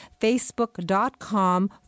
facebook.com